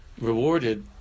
rewarded